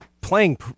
playing